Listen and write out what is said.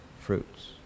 fruits